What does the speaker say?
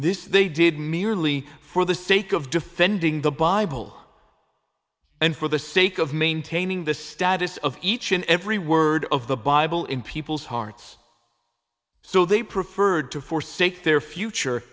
this they did merely for the sake of defending the bible and for the sake of maintaining the status of each and every word of the bible in people's hearts so they preferred to forsake their future